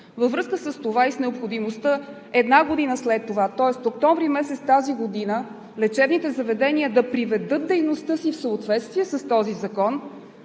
Във връзка с това и необходимостта една година след това, тоест октомври месец тази година, лечебните заведения да приведат дейността си в съответствие с този закон,